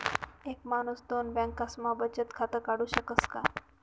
एक माणूस दोन बँकास्मा बचत खातं काढु शकस का?